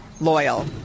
Loyal